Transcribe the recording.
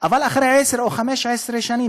אבל אחרי עשר או 15 שנים,